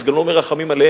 אז גם לא מרחמים עליהם.